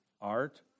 art